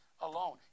alone